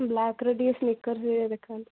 ବ୍ଲାକ୍ର ଟିକେ ସ୍ନିକର୍ସ୍ ଭଳିଆ ଦେଖାନ୍ତୁ